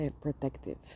protective